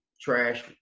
trash